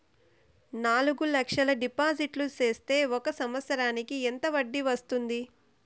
నాలుగు లక్షల డిపాజిట్లు సేస్తే ఒక సంవత్సరానికి ఎంత వడ్డీ వస్తుంది?